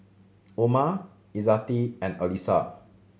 Umar Izzati and Alyssa